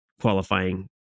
qualifying